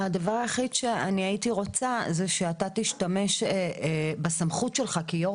הדבר היחיד שהייתי רוצה זה שתשתמש בסמכות שלך כיו"ר